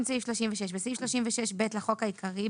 סעיף 36 20. בסעיף 36(ב) לחוק העיקרי,